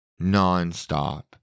nonstop